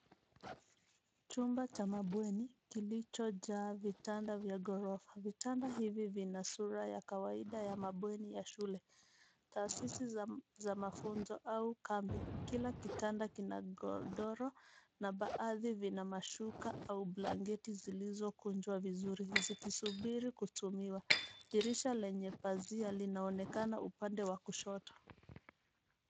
Chumba cha mabweni, kilichojaa vitanda vya ghorofa. Vitanda hivi vina sura ya kawaida ya mabweni ya shule, taasisi za mafunzo au kambi. Kila kitanda kina godoro na baadhi vina mashuka au blanketi zilizokunjwa vizuri, vikisubiri kutumiwa. Dirisha lenye pazia linaonekana upande wa kushoto.